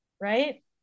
right